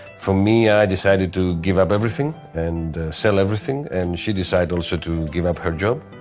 for me i decided to give up everything and sell everything and she decided also to give up her job.